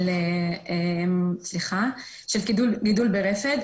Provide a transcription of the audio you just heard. גידול ברפד,